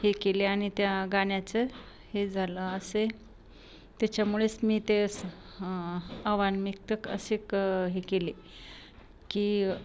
हे केले आणि त्या गाण्याचं हे झालं असेल त्याच्यामुळेच मी ते स् अवांमिक्त असे कं हे केले की